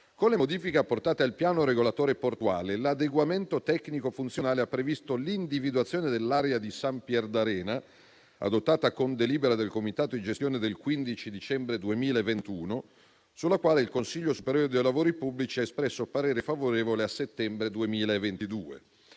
Con le modifiche apportate al piano regolatore portuale, l'adeguamento tecnico-funzionale ha previsto l'individuazione dell'area di Sampierdarena, adottata con delibera del Comitato di gestione del 15 dicembre 2021, sulla quale il Consiglio superiore dei lavori pubblici ha espresso parere favorevole a settembre 2022.